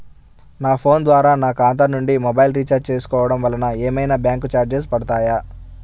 నా ఫోన్ ద్వారా నా ఖాతా నుండి మొబైల్ రీఛార్జ్ చేసుకోవటం వలన ఏమైనా బ్యాంకు చార్జెస్ పడతాయా?